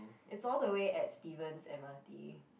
it's all the way at stevens m_r_t